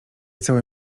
całe